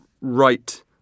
right